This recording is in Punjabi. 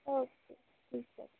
ਓਕੇ ਠੀਕ ਹੈ